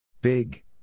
Big